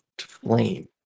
flame